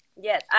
Yes